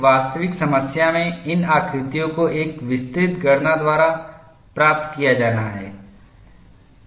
एक वास्तविक समस्या में इन आकृतियों को एक विस्तृत गणना द्वारा प्राप्त किया जाना है